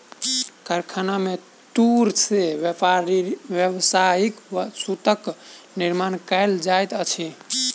कारखाना में तूर से व्यावसायिक सूतक निर्माण कयल जाइत अछि